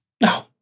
No